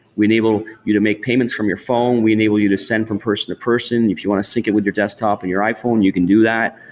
we enable you to make payments from your phone, we enable you to send from person-to-person, if you want to sync it with your desktop or and your iphone, you can do that.